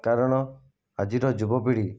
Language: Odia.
କାରଣ ଆଜିର ଯୁବପିଢ଼ୀ